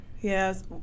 Yes